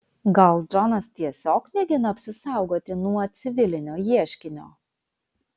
gal džonas tiesiog mėgina apsisaugoti nuo civilinio ieškinio